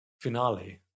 Finale